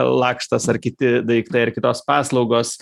lakštas ar kiti daiktai ar kitos paslaugos